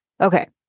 Okay